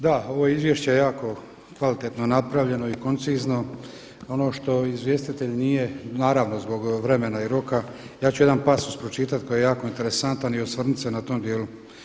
Da, ovo je izvješće jako kvalitetno napravljeno i koncizno i ono što izvjestitelj nije naravno zbog vremena i roka, ja ću jedan pasus pročitati koji je jako interesantan i osvrnuti se na tom dijelu.